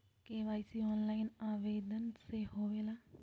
KYC online आवेदन से होवे ला?